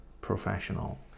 professional